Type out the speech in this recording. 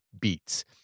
beats